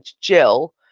jill